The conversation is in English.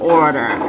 order